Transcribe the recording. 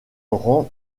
rang